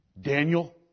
Daniel